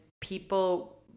people